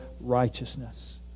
righteousness